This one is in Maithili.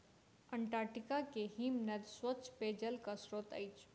अंटार्टिका के हिमनद स्वच्छ पेयजलक स्त्रोत अछि